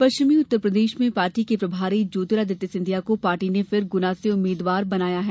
पश्चिमी उत्तर प्रदेश में पार्टी के प्रभारी ज्योतिरादत्य सिंधिया को पार्टी ने फिर गुना से उम्मीदवार बनाया है